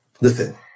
Listen